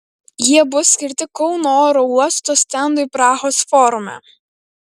jie bus skirti kauno oro uosto stendui prahos forume